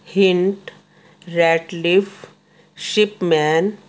hint Ratliff Shipman